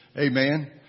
Amen